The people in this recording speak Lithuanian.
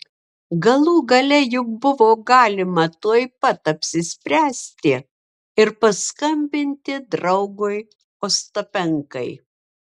galų gale juk buvo galima tuoj pat apsispręsti ir paskambinti draugui ostapenkai